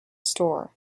store